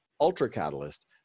ultra-catalyst